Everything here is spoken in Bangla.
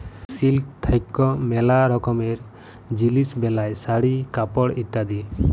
সিল্ক থাক্যে ম্যালা রকমের জিলিস বেলায় শাড়ি, কাপড় ইত্যাদি